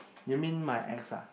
you mean my ex ah